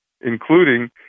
including